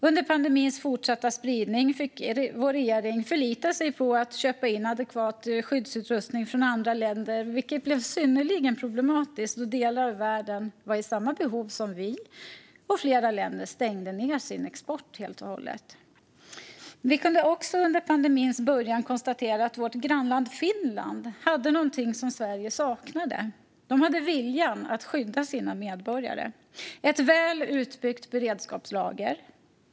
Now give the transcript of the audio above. Under pandemins fortsatta spridning fick vår regering förlita sig på att köpa in adekvat skyddsutrustning från andra länder, vilket blev synnerligen problematiskt då delar av världen var i samma behov som vi. Och flera länder stängde ned sin export helt och hållet. Vi kunde under pandemins början också konstatera att vårt grannland Finland hade någonting som Sverige saknade. De hade viljan att skydda sina medborgare, och de hade ett väl utbyggt beredskapslager.